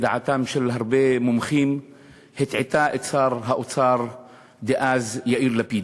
ודעתם של הרבה מומחים הטעתה את שר האוצר דאז יאיר לפיד.